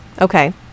Okay